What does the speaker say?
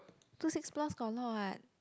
two six plus got a lot what